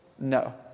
No